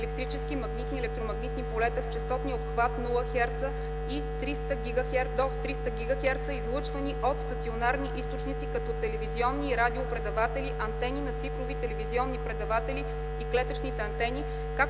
електрически, магнитни и електромагнитни полета в честотния обхват 0 Hz (Xepцa )– 300 Gz (Гига Херца), излъчвани от стационарни източници, като телевизионни и радио предаватели, антени на цифрови телевизионни предаватели и клетъчните антени,